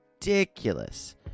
ridiculous